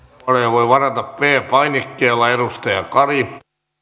voi varata p painikkeella